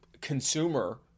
consumer